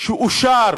אושר